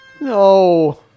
No